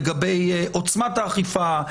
לגבי עוצמת האכיפה,